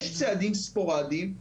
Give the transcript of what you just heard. יש צעדים ספורדיים,